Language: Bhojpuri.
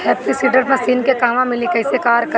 हैप्पी सीडर मसीन के कहवा मिली कैसे कार कर ला?